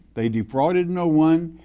they defrauded no one,